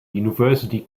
university